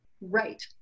Right